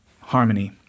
harmony